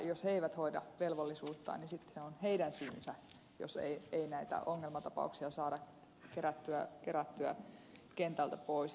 jos he eivät hoida velvollisuuttaan niin sitten se on heidän syynsä jos ei näitä ongelmatapauksia saada kerättyä kentältä pois